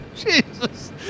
Jesus